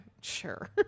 sure